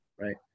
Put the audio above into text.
right